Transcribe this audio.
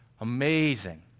Amazing